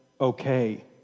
okay